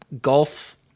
golf